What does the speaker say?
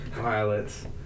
pilots